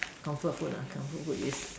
comfort food ah comfort food is